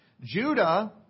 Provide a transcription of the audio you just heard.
Judah